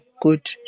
good